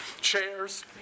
Chairs